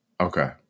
okay